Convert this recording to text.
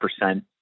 percent